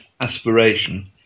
aspiration